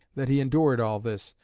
that he endured all this.